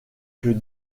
que